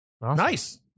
Nice